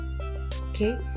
okay